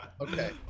Okay